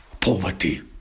poverty